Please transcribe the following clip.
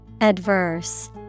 Adverse